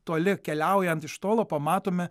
toli keliaujant iš tolo pamatome